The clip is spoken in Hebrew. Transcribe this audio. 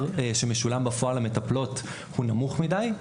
שמשולם בפועל למטפלות הוא נמוך מדי,